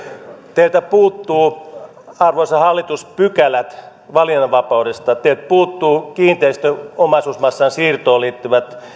teiltä puuttuvat arvoisa hallitus pykälät valinnanvapaudesta teiltä puuttuvat kiinteistöomaisuusmassan siirtoon liittyvät